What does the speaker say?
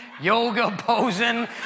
yoga-posing